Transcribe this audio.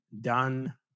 done